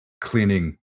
cleaning